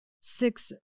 six